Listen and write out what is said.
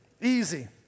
Easy